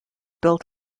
built